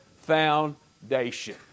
foundation